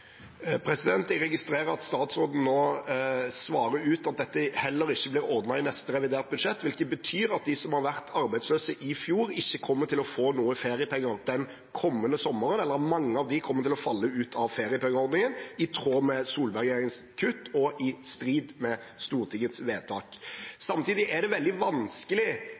Jeg registrerer at statsråden nå svarer at dette heller ikke blir ordnet i neste revidert budsjett, hvilket betyr at de som har vært arbeidsløse i fjor, ikke kommer til å få noe feriepenger den kommende sommeren – eller at mange av dem kommer til å falle ut av feriepengeordningen, i tråd med Solberg-regjeringens kutt og i strid med Stortingets vedtak. Samtidig er det veldig vanskelig